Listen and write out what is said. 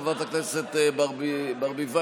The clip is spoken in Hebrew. חברת הכנסת ברביבאי,